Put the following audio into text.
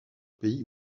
pays